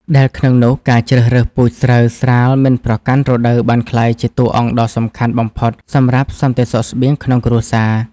ដែលក្នុងនោះការជ្រើសរើសពូជស្រូវស្រាលមិនប្រកាន់រដូវបានក្លាយជាតួអង្គដ៏សំខាន់បំផុតសម្រាប់សន្តិសុខស្បៀងក្នុងគ្រួសារ។